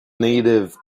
native